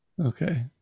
Okay